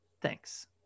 thanks